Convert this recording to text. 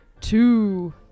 two